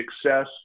success